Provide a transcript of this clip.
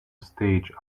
stage